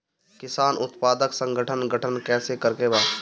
किसान उत्पादक संगठन गठन कैसे करके बा?